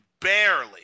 barely